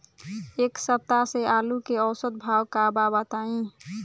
एक सप्ताह से आलू के औसत भाव का बा बताई?